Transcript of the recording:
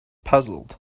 puzzled